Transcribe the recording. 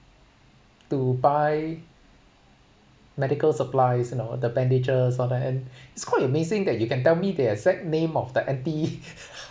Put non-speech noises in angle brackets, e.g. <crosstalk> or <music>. to buy medical supplies you know the bandages all that and it's quite amazing that you can tell me the exact name of the anti <laughs>